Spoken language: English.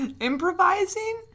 improvising